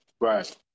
right